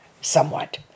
somewhat